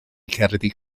cerddi